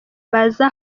baza